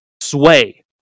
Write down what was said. sway